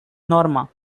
norma